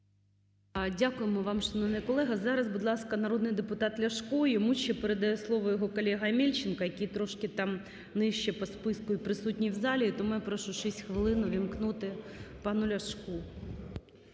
Дякуємо вам, шановний колего! Зараз, будь ласка, народний депутат Ляшко. Йому ще передає слово його колега Омельченко, який трошки там нижче по списку і присутній в залі. Тому я прошу 6 хвилин увімкнути пану Ляшку.